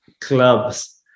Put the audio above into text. clubs